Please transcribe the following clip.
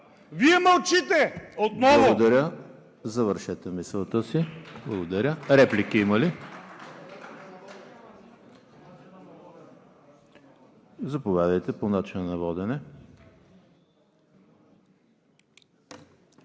…Вие мълчите отново.